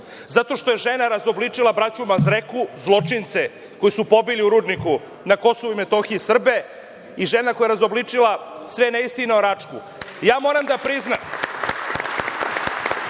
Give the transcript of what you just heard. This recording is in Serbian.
Zato što je žena razobličila braću Mazreku, zločince koji su pobili u rudniku na Kosovu i Metohiji Srbe i žena koja je razobličila sve neistine o Račku. Ja moram da priznam